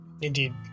Indeed